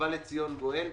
ובא לציון גואל.